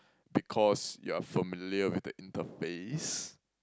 because you are familiar with the interface